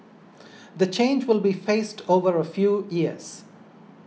the change will be phased over a few years